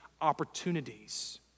opportunities